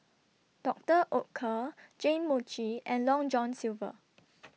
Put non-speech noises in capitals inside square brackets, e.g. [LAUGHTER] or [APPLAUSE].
Doctor Oetker Jane Mochi and Long John Silver [NOISE]